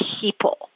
people